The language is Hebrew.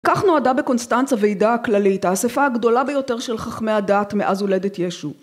כך נועדה בקונסטנציה ועידה כללית האספה הגדולה ביותר של חכמי הדת מאז הולדת ישו.